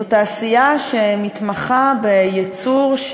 זו תעשייה שמתמחה בייצור.